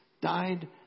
died